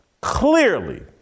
clearly